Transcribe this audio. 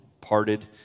parted